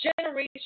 generation